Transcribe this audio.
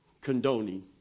condoning